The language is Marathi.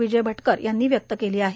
विजय भटकर यांनी व्यक्त केली आहे